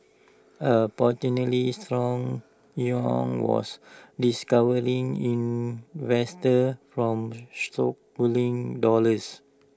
A potentially stronger yuan was discouraging investors from stockpiling dollars